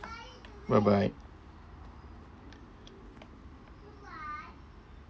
bye bye